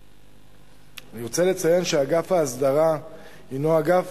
אני רוצה לציין שאגף ההסדרה הינו אגף